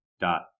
dot